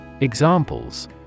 Examples